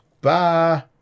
Bye